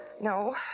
No